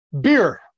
beer